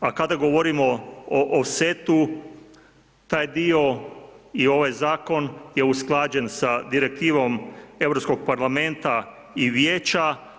A kada govorimo o offsetu, taj dio i ovaj zakon je usklađen sa Direktivom Europskog parlamenta i Vijeća.